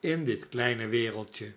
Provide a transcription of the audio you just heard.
in dit kleine wereldje